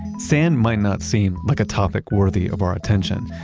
sand might not seem like a topic worthy of our attention.